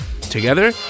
Together